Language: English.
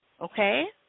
Okay